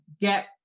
get